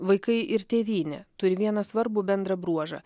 vaikai ir tėvynė turi vieną svarbų bendrą bruožą